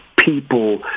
people